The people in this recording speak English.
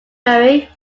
murray